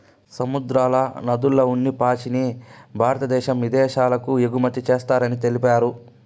సముద్రాల, నదుల్ల ఉన్ని పాచిని భారద్దేశం ఇదేశాలకు ఎగుమతి చేస్తారని తెలిపారు